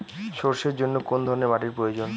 সরষের জন্য কোন ধরনের মাটির প্রয়োজন?